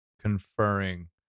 conferring